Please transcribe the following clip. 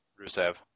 Rusev